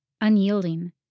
unyielding